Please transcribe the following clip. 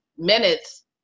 minutes